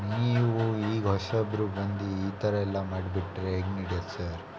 ನೀವು ಈಗ ಹೊಸಬರು ಬಂದು ಈ ಥರ ಎಲ್ಲ ಮಾಡಿಬಿಟ್ರೆ ಹೆಂಗ್ ನೆಡ್ಯುತ್ತೆ ಸರ್